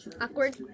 Awkward